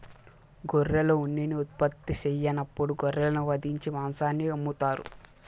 గొర్రెలు ఉన్నిని ఉత్పత్తి సెయ్యనప్పుడు గొర్రెలను వధించి మాంసాన్ని అమ్ముతారు